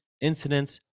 incidents